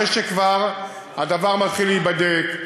אחרי שכבר הדבר מתחיל להיבדק,